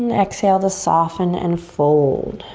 and exhale to soften and fold.